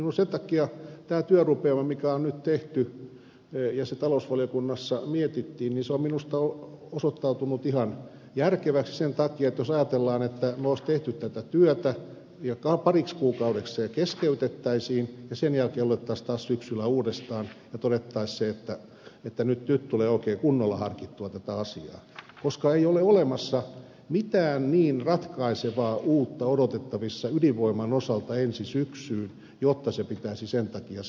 sen takia tämä työrupeama joka on nyt tehty ja talousvaliokunnassa mietitty on minusta osoittautunut ihan järkeväksi sen sijaan että olisi ajateltu että me olisimme tehneet tätä työtä ja pariksi kuukaudeksi se keskeytettäisiin ja sen jälkeen alettaisiin taas syksyllä uudestaan ja todettaisiin että nyt tulee oikein kunnolla harkittua tätä asiaa koska ei ole olemassa mitään niin ratkaisevaa uutta odotettavissa ydinvoiman osalta ensi syksyyn jotta se pitäisi sen takia sinne siirtää